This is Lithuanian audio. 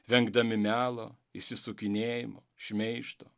vengdami melo išsisukinėjimo šmeižto